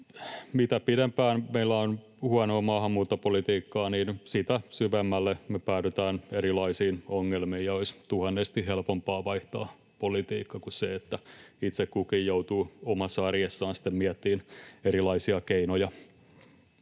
Mitä pidempään meillä on huonoa maahanmuuttopolitiikkaa, sitä syvemmälle me päädytään erilaisiin ongelmiin, ja olisi tuhannesti helpompaa vaihtaa politiikkaa kuin että itse kukin joutuu omassa arjessaan sitten miettimään erilaisia keinoja,